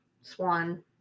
Swan